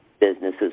businesses